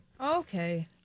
Okay